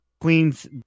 queen's